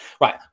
Right